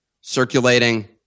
circulating